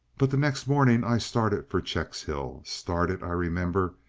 but the next morning i started for checkshill, started, i remember,